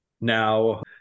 Now